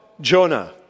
Jonah